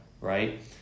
Right